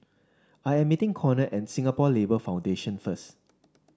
I am meeting Conner at Singapore Labour Foundation first